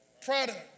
product